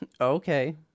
Okay